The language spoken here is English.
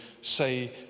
say